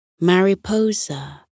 mariposa